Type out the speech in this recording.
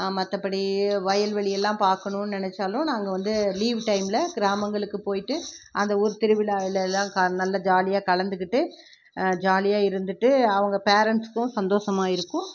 மற்றபடி வயல்வெளி எல்லாம் பார்க்கணும்ன் நினைச்சாலும் நாங்கள் வந்து லீவு டைமில் கிராமங்களுக்கு போயிட்டு அந்த ஊர் திருவிழாவில் எல்லாம் கா நல்ல ஜாலியாக கலந்துக்கிட்டு ஜாலியாக இருந்துட்டு அவங்க பேரன்ட்ஸுக்கும் சந்தோஷமா இருக்கும்